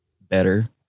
better